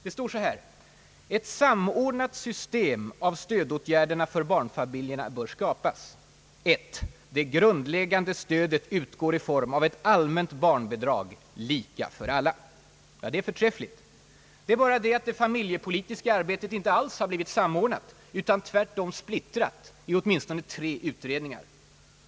Det står så här: »Ett samordnat system av stödåtgärderna för barnfamiljerna bör skapas... 1. Det grundläggande stödet utgår i form av ett allmänt barnbidrag lika för alla.» Det är förträffligt. Det är bara det att det fa miljepolitiska arbetet inte alls har bli-. vit »samordnat» utan tvärtom splittrat i åtminstone tre utredningar.